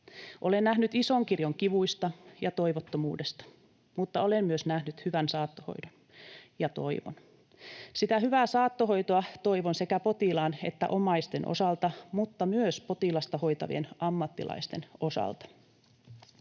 Olen nähnyt ison kirjon kivuista ja toivottomuudesta, mutta olen myös nähnyt hyvän saattohoidon ja toivon. Sitä hyvää saattohoitoa toivon sekä potilaan että omaisten osalle mutta myös potilasta hoitavien ammattilaisten osalle.